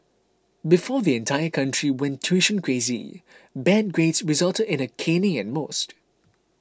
before the entire country went tuition crazy bad grades resulted in a caning at most